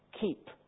Keep